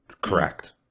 correct